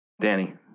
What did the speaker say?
Danny